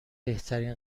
بهترین